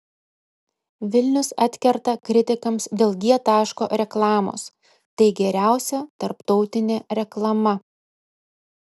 vilnius atkerta kritikams dėl g taško reklamos tai geriausia tarptautinė reklama